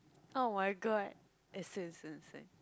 oh-my-god